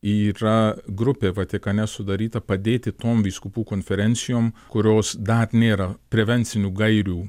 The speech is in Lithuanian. yra grupė vatikane sudaryta padėti tom vyskupų konferencijom kurios dar nėra prevencinių gairių